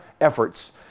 efforts